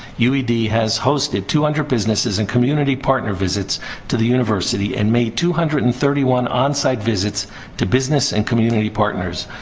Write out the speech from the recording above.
ued has hosted two hundred businesses and community partner visits to the university and made two hundred and thirty one onsite visits to business and community partners.